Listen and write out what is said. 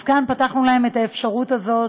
אז כאן פתחנו להם את האפשרות הזאת,